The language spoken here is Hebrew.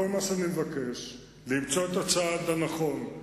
כל מה שאני מבקש זה למצוא את הצעד הנכון,